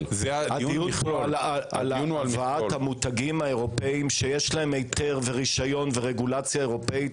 אלא על הבאת המותגים האירופאים שיש להם היתר ורשיון ורגולציה אירופאית.